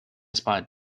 spot